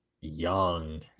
young